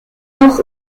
dans